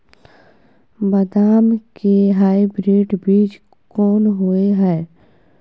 बदाम के हाइब्रिड बीज कोन होय है?